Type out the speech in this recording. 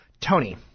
Tony